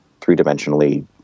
three-dimensionally